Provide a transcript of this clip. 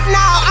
now